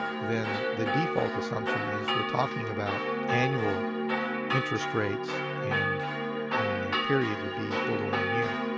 then the default assumption is we're talking about annual interest rates and the period would be equal to one year.